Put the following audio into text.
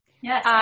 Yes